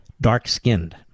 dark-skinned